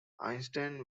einstein